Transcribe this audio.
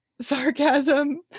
sarcasm